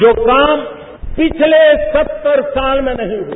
जो काम पिछले सत्तर साल में नहीं हुआ